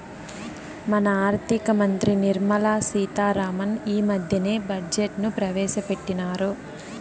మన ఆర్థిక మంత్రి నిర్మలా సీతా రామన్ ఈ మద్దెనే బడ్జెట్ ను ప్రవేశపెట్టిన్నారు